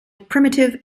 primitive